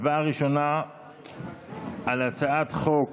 הצבעה ראשונה על הצעת חוק